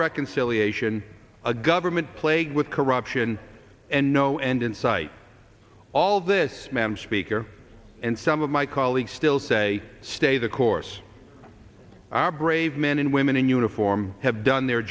reconciliation a government plagued with corruption and no end in sight all this man speaker and some of my colleagues still say stay the course our brave men and women in uniform have done their